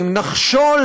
במזומן.